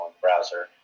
browser